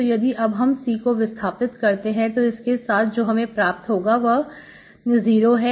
तो यदि अब हम C को विस्थापित करते हैं तो इसके साथ जो हमें प्राप्त होगा वह 0 है